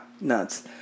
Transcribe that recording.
nuts